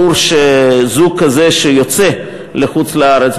ברור שזוג כזה שיוצא לחוץ-לארץ,